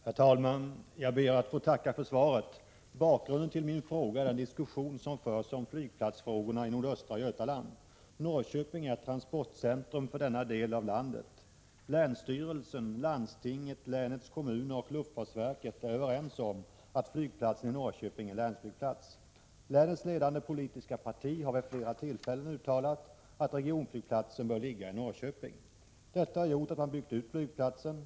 Herr talman! Jag ber att få tacka för svaret. Bakgrunden till min fråga är den diskussion som förs om flygplatsfrågorna i nordöstra Götaland. Norrköping är transportcentrum för denna del av landet. Länsstyrelsen, landstinget, länets kommuner och luftfartsverket är överens om att flygplatsen i Norrköping är länsflygplats. Länets ledande politiska parti har vid flera tillfällen uttalat att regionflygplatsen bör ligga i Norrköping. Detta har gjort att man byggt ut flygplatsen.